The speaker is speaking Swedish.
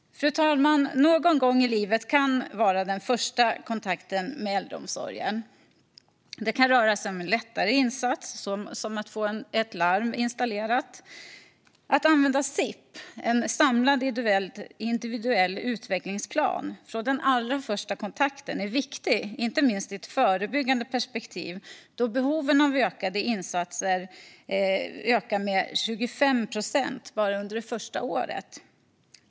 Fru talman! Någon gång i livet kan den första kontakten med äldreomsorgen vara ett faktum. Det kan röra sig om en lättare insats som att få ett larm installerat. Att använda en SIP, en samlad individuell utvecklingsplan, från den allra första kontakten är viktigt, inte minst i ett förebyggande perspektiv då behoven av insatser ökar med 25 procent bara under det första året.